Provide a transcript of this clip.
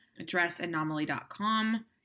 addressanomaly.com